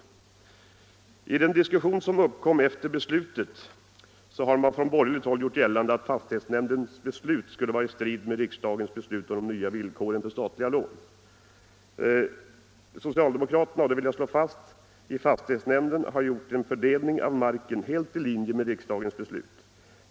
Nr 28 I den diskussion som uppkom efter beslutet har det från borgerligt Fredagen den håll gjorts gällande att fastighetsnämndens beslut skulle stå i strid med 28 februari 1975 riksdagens beslut om de nya villkoren för statliga lån. Jag vill slå fast I att socialdemokraterna i fastighetsnämnden har gjort en fördelning av Om principerna för marken helt i linje med riksdagens beslut.